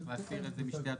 צריך להסיר את זה משתי התוספת.